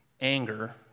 anger